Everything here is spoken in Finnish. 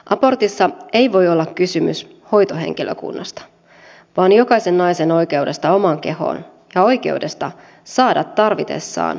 abortissa ei voi olla kysymys hoitohenkilökunnasta vaan jokaisen naisen oikeudesta omaan kehoon ja oikeudesta saada tarvitessaan puolueetonta apua